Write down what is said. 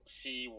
see